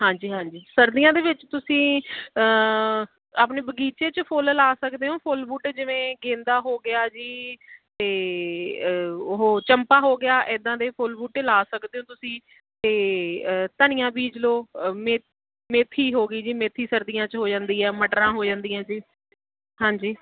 ਹਾਂਜੀ ਹਾਂਜੀ ਸਰਦੀਆਂ ਦੇ ਵਿੱਚ ਤੁਸੀਂ ਆਪਣੇ ਬਗੀਚੇ 'ਚ ਫੁੱਲ ਲਾ ਸਕਦੇ ਹੋ ਫੁੱਲ ਬੂਟੇ ਜਿਵੇਂ ਗੇਂਦਾ ਹੋ ਗਿਆ ਜੀ ਅਤੇ ਉਹ ਚੰਪਾ ਹੋ ਗਿਆ ਇੱਦਾਂ ਦੇ ਫੁੱਲ ਬੂਟੇ ਲਾ ਸਕਦੇ ਹੋ ਤੁਸੀਂ ਅਤੇ ਧਨੀਆ ਬੀਜ ਲਓ ਮੇ ਮੇਥੀ ਹੋ ਗਈ ਜੀ ਮੇਥੀ ਸਰਦੀਆਂ 'ਚ ਹੋ ਜਾਂਦੀ ਆ ਮਟਰਾਂ ਹੋ ਜਾਂਦੀਆਂ ਜੀ ਹਾਂਜੀ